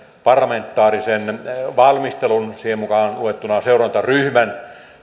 parlamentaarisen valmistelun siihen mukaan luettuna seurantaryhmän